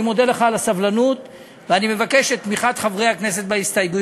אני מודה לך על הסבלנות ואני מבקש את תמיכת חברי הכנסת בהסתייגויות.